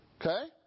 Okay